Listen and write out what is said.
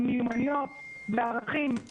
המטרה שלנו באמת לתת כלים למחנכים ולמחנכות